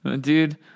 Dude